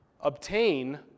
obtain